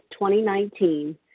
2019